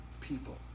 people